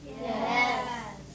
Yes